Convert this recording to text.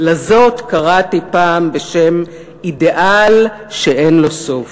"לזאת קראתי פעם בשם אידיאל שאין לו סוף.